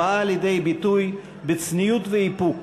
הבאה לידי ביטוי בצניעות ואיפוק